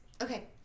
Okay